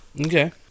Okay